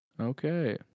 Okay